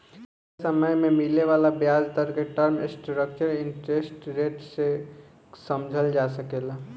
तय समय में मिले वाला ब्याज दर के टर्म स्ट्रक्चर इंटरेस्ट रेट के से समझल जा सकेला